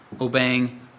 obeying